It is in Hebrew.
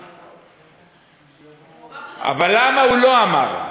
הוא אמר שזה, אבל למה הוא לא אמר?